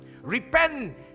Repent